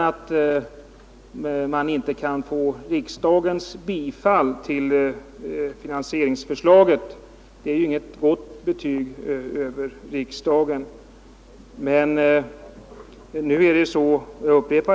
Att man inte kan få riksdagens bifall till finansieringsförslaget är inget gott betyg åt riksdagen.